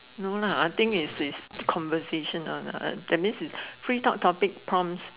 no lah I think is is conversation one lah that means is free talk topic prompts